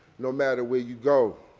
no matter where you go.